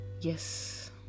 Yes